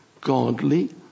godly